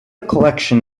collection